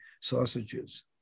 sausages